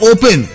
Open